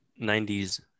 90s